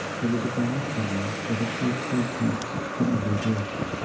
there was a grand din ner, with a shakespeare text for every dish,